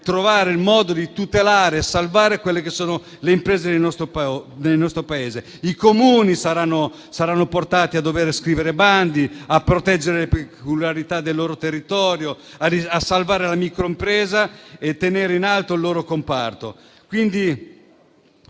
trovare il modo di tutelare e salvare le imprese del nostro Paese. I Comuni saranno portati a dover scrivere bandi, a proteggere le peculiarità del loro territorio, a salvare la microimpresa e tenere in alto il loro comparto.